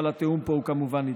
אבל התיאום פה כמובן נדרש.